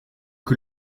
que